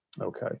Okay